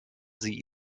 sie